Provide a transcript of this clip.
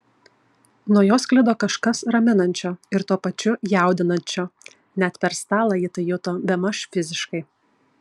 nuo jo sklido kažkas raminančio ir tuo pačiu jaudinančio net per stalą ji tai juto bemaž fiziškai